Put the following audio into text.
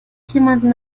jemanden